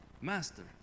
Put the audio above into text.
Master